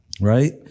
right